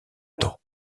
temps